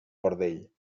cordell